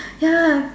ya